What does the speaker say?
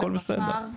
הכול בסדר.